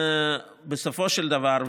בסופו של דבר,